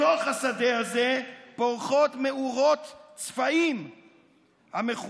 בתוך השדה הזה פורחות מאורות צפעים המכונות